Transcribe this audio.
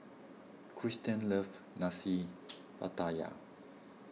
Kirsten loves Nasi Pattaya